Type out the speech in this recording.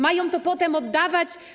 Mają to potem oddawać?